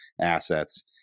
assets